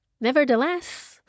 Nevertheless